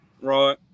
right